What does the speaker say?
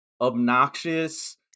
obnoxious